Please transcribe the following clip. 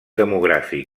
demogràfic